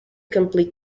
complete